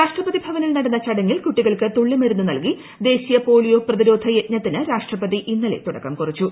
രാഷ്ട്രപതിട്ട്ടപ്നിൽ നടന്ന ചടങ്ങിൽ കുട്ടികൾക്ക് തുള്ളിമരുന്ന് നൽകി ദ്ദേശീയപോളിയോ പ്രതിരോധ യജ്ഞത്തിന് രാഷ്ട്രപതി ഇന്നലെ തുടക്കം കുറിച്ചു